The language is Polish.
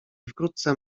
wkrótce